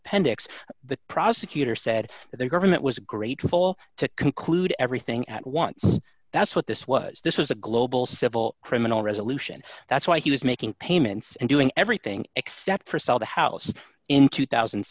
appendix the prosecutor said that the government was grateful to conclude everything at once that's what this was this was a global civil criminal resolution that's why he was making payments and doing everything except for sell the house in two thousand